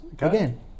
again